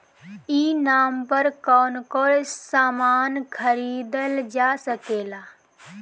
ई नाम पर कौन कौन समान खरीदल जा सकेला?